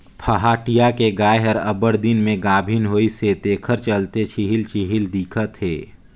पहाटिया के गाय हर अब्बड़ दिन में गाभिन होइसे तेखर चलते छिहिल छिहिल दिखत हे